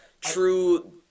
true